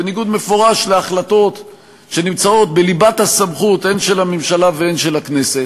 בניגוד מפורש להחלטות שנמצאות בליבת הסמכות הן של הממשלה והן של הכנסת,